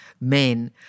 men